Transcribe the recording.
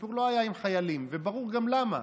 הסיפור לא היה עם חיילים, וברור גם למה.